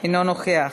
אינו נוכח.